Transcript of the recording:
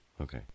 Okay